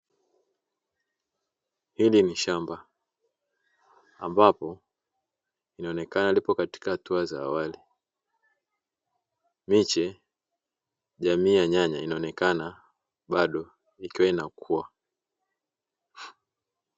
Hili nishamba ambapo linaonekana lipo katika hatua za awali, miche ya nyanya inaonekana bado ikiwa inakua.